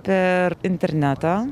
per internetą